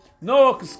No